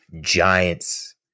giants